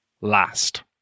last